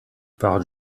par